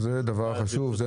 זה דבר חשוב.